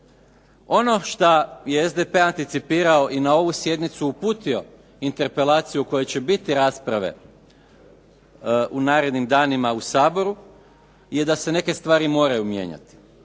Ono šta je SDP anticipirao i na ovu sjednicu uputio interpelaciju o kojoj će biti rasprave u narednim danima u Saboru je da se neke stvari moraju mijenjati.